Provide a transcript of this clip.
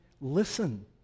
listen